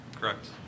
Correct